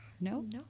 No